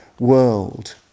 world